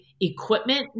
equipment